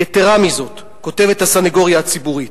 יתירה מזאת, כותבת הסניגוריה הציבורית: